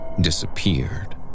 disappeared